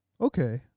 Okay